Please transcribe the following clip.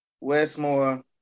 Westmore